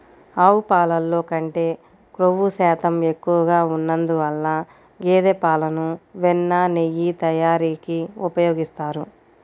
ఆవు పాలల్లో కంటే క్రొవ్వు శాతం ఎక్కువగా ఉన్నందువల్ల గేదె పాలను వెన్న, నెయ్యి తయారీకి ఉపయోగిస్తారు